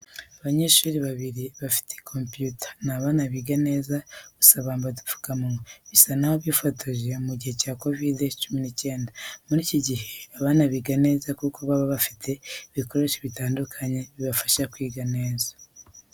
Abanyeshuri babiri bafite kompiyuta, ni abana biga neza gusa bambaye udupfukamunwa bisa naho bifotoje mu gihe cya kovide cumi n'icyenda. Muri iki gihe abana biga neza kuko baba bafite ibikoresho bitandukanye bibafasha kwiga neza cyane.